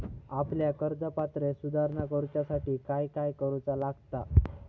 आपल्या कर्ज पात्रतेत सुधारणा करुच्यासाठी काय काय करूचा लागता?